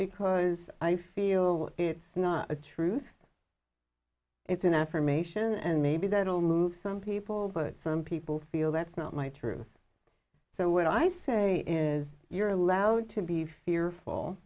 because i feel it's not a truth it's an affirmation and maybe that will move some people but some people feel that's not my truth so what i say is you're allowed to be fearful